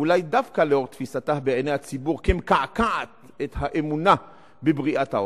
אולי דווקא לאור תפיסתה בעיני הציבור כמקעקעת את האמונה בבריאת העולם.